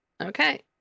Okay